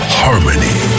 harmony